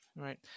Right